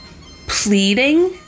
pleading